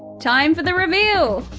time for the reveal.